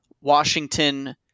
Washington